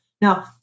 Now